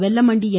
Vellamandi என்